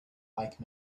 like